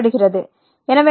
எனவே 5 f2